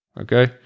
Okay